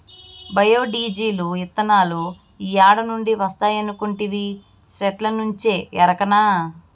bio diesel, ఇతనాలు ఏడ నుంచి వస్తాయనుకొంటివి, సెట్టుల్నుంచే ఎరకనా